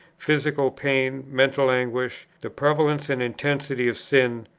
physical pain, mental anguish, the prevalence and intensity of sin,